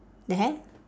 the heck